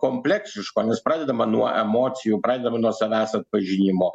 kompleksiško nes pradedama nuo emocijų pradedama nuo savęs atpažinimo